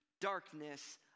darkness